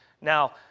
now